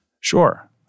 Sure